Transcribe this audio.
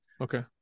Okay